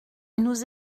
nous